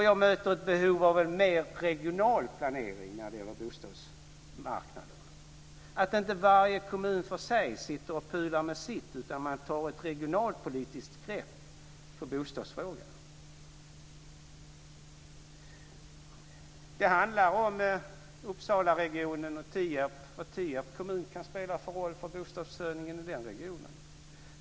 Jag möter också ett behov av en mer regional planering när det gäller bostadsmarknaden - att inte varje kommun för sig pular med sitt, utan att man tar ett regionalpolitiskt grepp i bostadsfrågan. Det handlar om Uppsalaregionen och Tierp, vilken roll Tierps kommun kan spela för bostadsförsörjningen i den regionen.